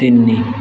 ତିନି